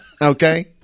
okay